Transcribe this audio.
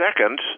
Second